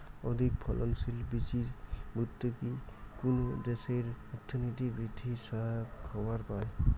অধিকফলনশীল বীচির ভর্তুকি কুনো দ্যাশের অর্থনীতি বিদ্ধির সহায়ক হবার পায়